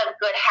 good